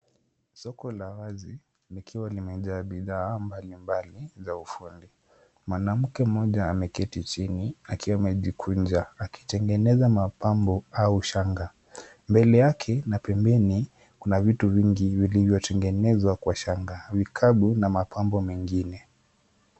Soko la wazi likiwa limejaa bidhaa mbalimbali za ufundi. Mwanamke mmoja ameketi chini akiwa amejikunja akitengeneza mapambo au shanga. Mbele yake na pembeni kuna vitu vingi vilivyotengenezwa kwa shanga vikapu na mapambo mengine.